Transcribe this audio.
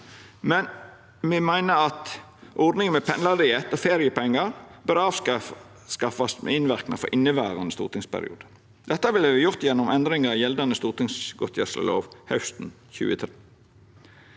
men me meiner at ordninga med pendlardiett og feriepengar bør avskaffast med innverknad for inneverande stortingsperiode. Dette vil verta gjort gjennom endringar i gjeldande stortingsgodtgjerslelov hausten 2023.